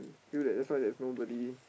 feel that that's why there's nobody